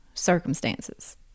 circumstances